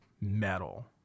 metal